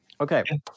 Okay